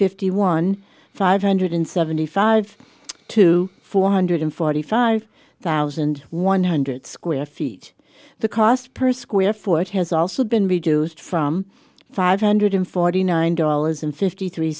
fifty one five hundred seventy five to four hundred forty five thousand one hundred square feet the cost per square foot has also been reduced from five hundred forty nine dollars and fifty three